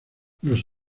los